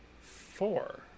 four